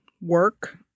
work